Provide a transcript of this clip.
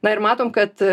na ir matom kad